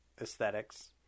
aesthetics